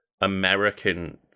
American